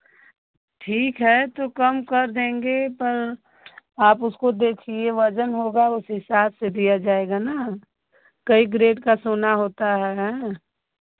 ठीक है तो कम कर देंगे पर आप उसको देखिए वजन होगा उस हिसाब से दिया जाएगा ना कई ग्रेड का सोना होता है एँ